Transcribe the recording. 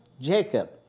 Jacob